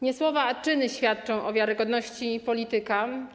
Nie słowa, a czyny świadczą o wiarygodności polityka.